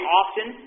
often